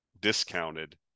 discounted